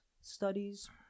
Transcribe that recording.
studies